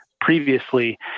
previously